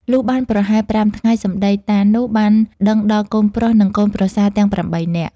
លុះបានប្រហែល៥ថ្ងៃសំដីតានោះ បានដឹងដល់កូនប្រុស និងកូនប្រសាទាំង ៨ នាក់។